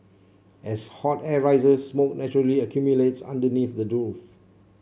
as hot air rises smoke naturally accumulates underneath the roof